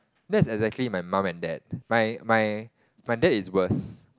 that's exactly my mum and dad my my my dad is worse